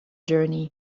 journey